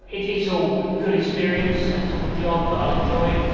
it's it's all good experience and it's all a job that i'll enjoy.